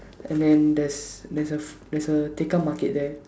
and then there's there's a f~ there's a Tekka market there